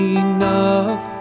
enough